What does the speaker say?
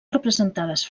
representades